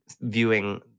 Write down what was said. viewing